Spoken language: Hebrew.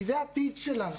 כי זה העתיד שלנו.